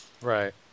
Right